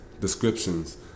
descriptions